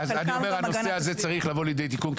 וחלקם כבר --- אני אומר שהנושא הזה צריך לבוא לידי תיקון,